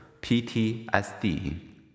PTSD